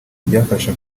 byafasha